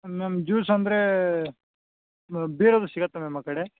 ma'am juice ಅಂದರೆ ಬಿಯರೆಲ್ಲ ಸಿಗುತ್ತಾ ಮ್ಯಾಮ್ ಆ ಕಡೆ